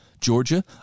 Georgia